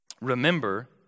remember